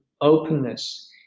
openness